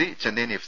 C Chennaiyin F